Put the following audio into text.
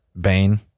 Bane